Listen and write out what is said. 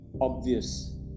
obvious